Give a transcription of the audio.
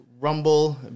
Rumble